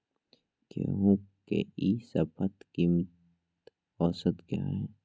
गेंहू के ई शपथ कीमत औसत क्या है?